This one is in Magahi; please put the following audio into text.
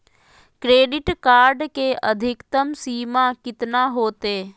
क्रेडिट कार्ड के अधिकतम सीमा कितना होते?